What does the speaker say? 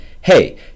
Hey